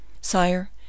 Sire